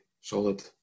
solid